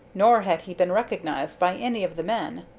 nor had he been recognized by any of the men,